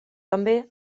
també